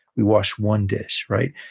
we wash one dish, right?